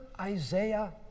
Isaiah